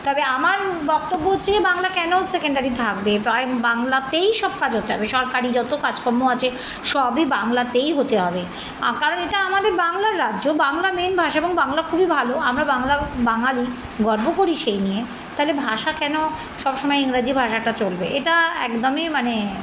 তবে আমার বক্তব্য হচ্ছে যে বাংলা কেন সেকেন্ডারি থাকবে প্রায় বাংলাতেই সব কাজ হতে হবে সরকারি যত কাজকর্ম্য আছে সবই বাংলাতেই হতে হবে কারণ এটা আমাদের বাংলার রাজ্য বাংলা মেন ভাষা এবং বাংলা খুবই ভালো আমরা বাংলা বাঙালি গর্ব করি সেই নিয়ে তহলে ভাষা কেন সব সময় ইংরাজি ভাষাটা চলবে এটা একদমই মানে